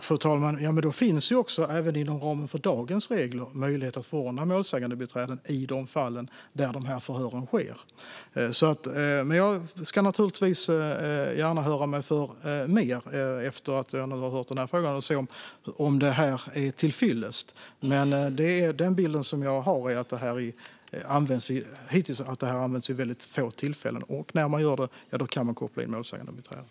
Fru talman! Det finns även inom ramen för dagens regler möjlighet att förordna målsägandebiträden i de fall sådana här förhör sker. Jag ska naturligtvis gärna höra mig för mer efter att ha hört den här frågan för att se om detta är till fyllest. Men den bild som jag har är att detta hittills har använts vid mycket få tillfällen. Och när man gör det kan man koppla in målsägandebiträden.